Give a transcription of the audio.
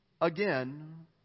again